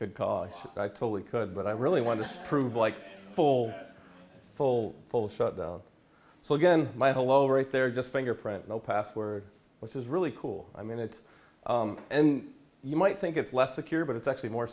good cause i totally could but i really want to prove like full full full shutdown so again my hello right there just fingerprint no password which is really cool i mean it's you might think it's less secure but it's actually more